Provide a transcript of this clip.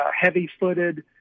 heavy-footed